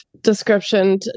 description